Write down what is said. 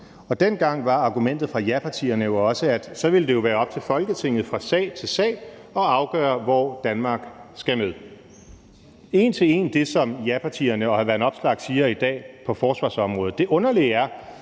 Og dengang var argumentet fra japartierne jo også, at så ville det være op til Folketinget fra sag til sag at afgøre, hvor Danmark skulle med – en til en det, som japartierne og hr. Alex Vanopslagh siger i dag på forsvarsområdet. Det underlige er,